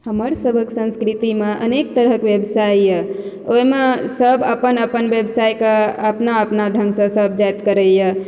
हमर सबहक संस्कृतिमे अनेक तरहक व्यवसाय यऽ ओहिमे सब अपन अपन व्यवसायके अपना अपना ढ़ंग सँ सब जाइत करै यऽ